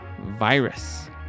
virus